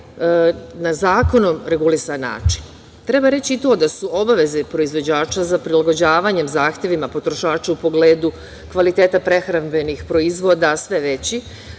na zakonom regulisan način. Treba reći i to da su obaveze proizvođača za prilagođavanjem zahtevima potrošača u pogledu kvaliteta prehrambenih proizvoda sve veći,